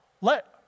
Let